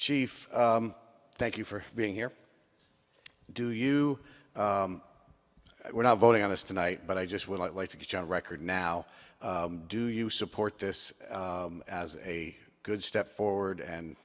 chief thank you for being here do you we're not voting on this tonight but i just would like to get john record now do you support this as a good step forward and